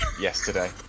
yesterday